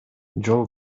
жол